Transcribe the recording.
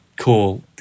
cool